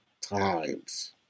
times